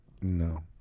No